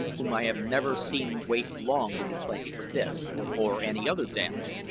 whom i have never seen wait long to be claimed for this or any other dance.